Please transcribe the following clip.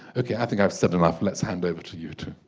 okay i think i've said enough let's hand over to you two.